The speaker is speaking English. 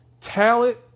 talent